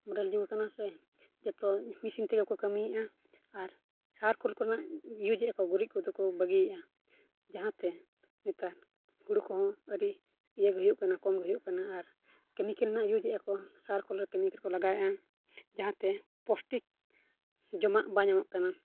model ᱡᱩᱜᱽ ᱟᱠᱟᱱᱟ ᱥᱮ ᱡᱚᱛᱚ ᱢᱮᱥᱤᱱ ᱛᱮᱜᱮ ᱠᱚ ᱠᱟᱹᱢᱤᱭᱮᱫᱟ ᱟᱨ ᱥᱟᱨ ᱠᱷᱳᱞ ᱠᱚᱨᱮᱱᱟᱜ ᱤᱭᱩᱡᱽ ᱮᱫᱟᱠᱚ ᱜᱩᱨᱤᱡᱽ ᱠᱚᱫᱚ ᱠᱚ ᱵᱟᱹᱜᱤᱭᱮᱫᱟ ᱡᱟᱦᱟᱸᱛᱮ ᱱᱮᱛᱟᱨ ᱦᱩᱲᱩ ᱠᱚᱦᱚᱸ ᱟᱹᱰᱤ ᱤᱭᱟᱹᱜᱮ ᱦᱩᱭᱩᱜ ᱠᱟᱱᱟ ᱠᱚᱢᱜᱮ ᱦᱩᱭᱩᱜ ᱠᱟᱱᱟ ᱟᱨ ᱠᱮᱢᱤᱠᱮᱞ ᱨᱮᱱᱟᱜ ᱤᱭᱩᱡᱽ ᱮᱫᱟ ᱠᱚ ᱥᱟᱨ ᱠᱚ ᱠᱮᱢᱤᱠᱮᱞ ᱨᱮᱠᱚ ᱞᱟᱜᱟᱣᱮᱜᱼᱟ ᱡᱟᱦᱟᱸᱛᱮ ᱯᱳᱥᱴᱤᱠ ᱡᱚᱢᱟᱜ ᱵᱟᱭ ᱧᱟᱢᱚᱜ ᱠᱟᱱᱟ